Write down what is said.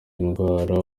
indwara